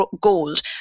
gold